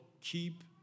keep